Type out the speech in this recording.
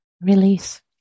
release